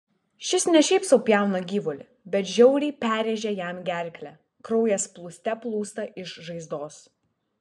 šis ne šiaip sau pjauna gyvulį bet žiauriai perrėžia jam gerklę kraujas plūste plūsta iš žaizdos